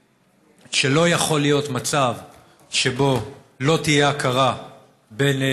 שלא יכול להיות מצב שבו לא תהיה הכרה בקשר